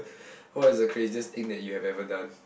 what is the craziest thing that you have ever done